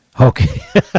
Okay